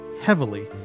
heavily